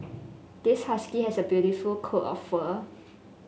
this husky has a beautiful coat of fur